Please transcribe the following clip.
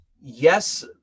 Yes